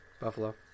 Buffalo